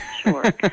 Sure